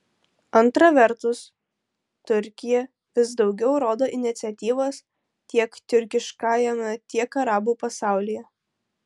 antra vertus turkija vis daugiau rodo iniciatyvos tiek tiurkiškajame tiek arabų pasaulyje